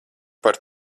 par